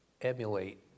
emulate